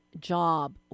job